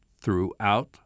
throughout